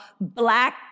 black